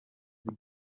sie